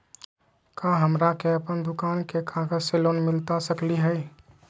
का हमरा के अपन दुकान के कागज से लोन मिलता सकली हई?